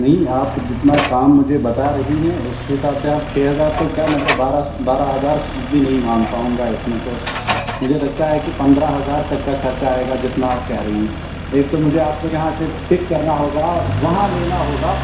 نہیں آپ جتنا کام مجھے بتا رہی ہیں اس حساب سے آپ چھ ہزار تو کیا میں تو بارہ بارہ ہزار بھی نہیں مان پاؤں گا اس میں تو مجھے لگتا ہے کہ پندرہ ہزار تک کا خرچہ آئے گا جتنا آپ کہہ رہی ہیں ایک تو مجھے آپ کے یہاں سے پک کرنا ہوگا وہاں لینا ہوگا